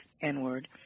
N-word